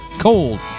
Cold